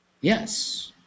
Yes